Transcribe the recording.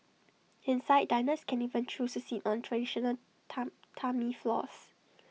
inside diners can even choose to sit on traditional Tatami floors